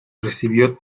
recibió